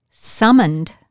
summoned